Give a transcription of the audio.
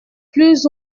plus